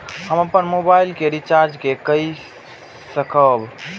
हम अपन मोबाइल के रिचार्ज के कई सकाब?